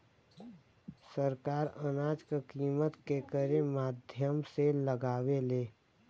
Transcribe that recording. सरकार अनाज क कीमत केकरे माध्यम से लगावे ले?